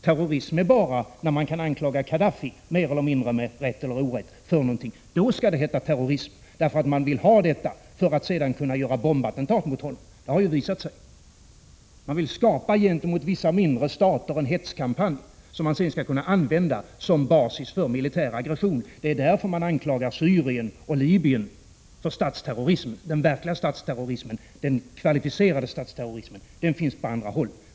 Terrorism är det bara när man kan anklaga Kaddaffi med mer eller mindre rätt eller orätt för någonting. Då skall det heta terrorism, därför att man sedan vill kunna göra bombattentat mot honom — det har ju visat sig. Gentemot vissa mindre stater vill man skapa en hetskampanj, som man sedan skall kunna använda som basis för militär aggression. Det är därför man anklagar Syrien och Libyen för statsterrorism. Den verkliga, kvalificerade statsterrorismen finns på andra håll.